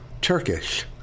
Turkish